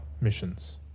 missions